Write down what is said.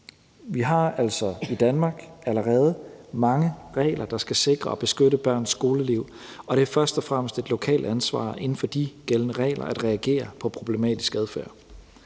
Vi har altså i Danmark allerede mange regler, der skal sikre og beskytte børns skoleliv, og det er først og fremmest et lokalt ansvar inden for de gældende regler at reagere på problematisk adfærd.